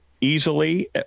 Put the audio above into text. easily